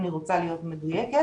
אני רוצה להיות מדויקת: